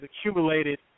accumulated